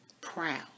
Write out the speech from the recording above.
Proud